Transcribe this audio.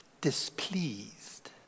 Displeased